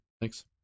Thanks